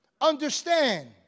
understand